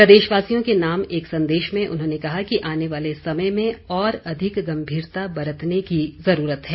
प्रदेशवासियों के नाम एक संदेश में उन्होंने कहा कि आने वाले समय में और अधिक गंभीरता बरतने की जरूरत है